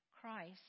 Christ